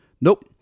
Nope